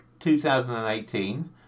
2018